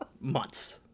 months